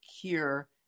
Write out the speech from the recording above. cure